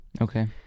Okay